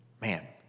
Man